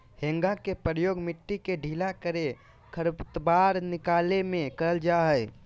हेंगा के प्रयोग मिट्टी के ढीला करे, खरपतवार निकाले में करल जा हइ